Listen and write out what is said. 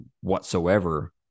whatsoever